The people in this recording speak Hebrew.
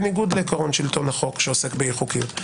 בניגוד לעיקרון שלוטן החוק שעוסק באי חוקיות,